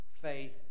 faith